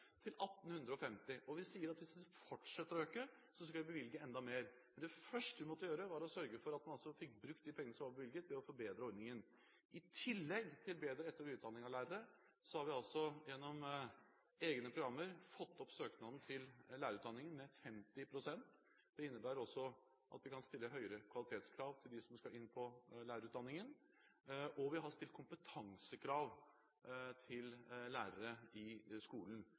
1 850. Og vi sier at hvis det fortsetter å øke, skal vi bevilge enda mer. Men det første vi måtte gjøre, var å sørge for at man fikk brukt de pengene som var bevilget, ved å forbedre ordningen. I tillegg til bedre etter- og videreutdanning av lærere har vi gjennom egne programmer fått opp søkningen til lærerutdanningen med 50 pst. Det innebærer også at vi kan stille høyere kvalitetskrav til dem som skal inn på lærerutdanningen, og vi har stilt kompetansekrav til lærere i skolen.